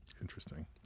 Interesting